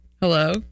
Hello